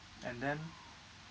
and then